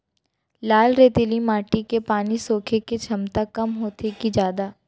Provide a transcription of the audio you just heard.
लाल रेतीली माटी के पानी सोखे के क्षमता कम होथे की जादा?